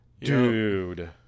Dude